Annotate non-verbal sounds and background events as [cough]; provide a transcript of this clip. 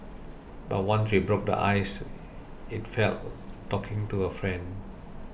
but once we broke the ice it felt [noise] talking to a friend